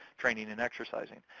training and exercising.